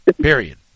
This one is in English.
Period